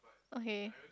okay